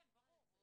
כן, ברור.